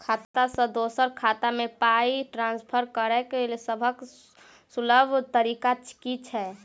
खाता सँ दोसर खाता मे पाई ट्रान्सफर करैक सभसँ सुलभ तरीका की छी?